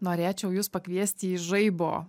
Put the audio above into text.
norėčiau jus pakviesti į žaibo